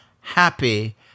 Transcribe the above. happy